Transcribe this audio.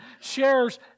shares